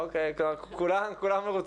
אוקיי, כולם מרוצים.